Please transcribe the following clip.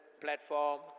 platform